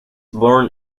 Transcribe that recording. born